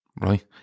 right